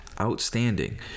outstanding